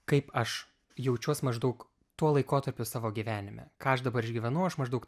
kaip aš jaučiuos maždaug tuo laikotarpiu savo gyvenime ką aš dabar išgyvenu aš maždaug